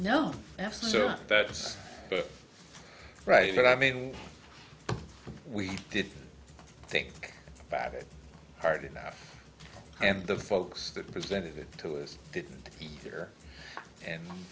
so that's right but i mean we didn't think about it hard enough and the folks that presented it to us didn't care and